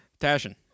Tashin